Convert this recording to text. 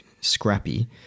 scrappy